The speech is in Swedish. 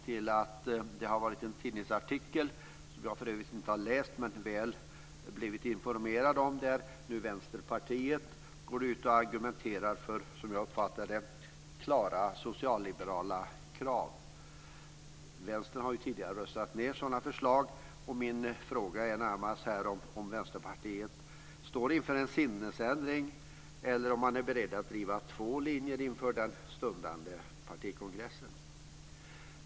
Man har bl.a. nämnt en tidningsartikel som jag för övrigt inte har läst men väl blivit informerad om. Där går Vänsterpartiet ut och argumenterar för - som jag uppfattar det - klara socialliberala krav. Vänstern har ju tidigare röstat ned sådana förslag. Min fråga är närmast om Vänsterpartiet står inför en sinnesändring eller om partiet är berett att driva två linjer inför den stundande partikongressen.